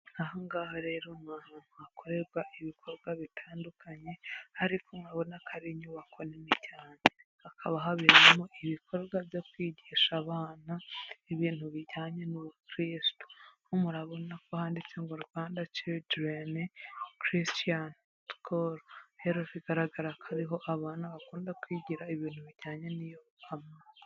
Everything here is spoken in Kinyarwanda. Aha ngaha rero ni ahantu hakorerwa ibikorwa bitandukanye, ariko murabona ko ari inyubako nini cyane. Hakaba haberamo ibikorwa byo kwigisha abana ibintu bijyanye n'ubukirisitu. Mo murabona ko handitse ngo Rwanda Children Christian Call. Rero bigaragara ko ariho abana bakunda kwigira ibintu bijyanye n'iyobokamana.